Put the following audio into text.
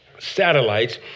satellites